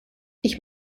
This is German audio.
ich